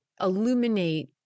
illuminate